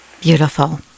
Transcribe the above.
Beautiful